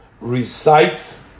recite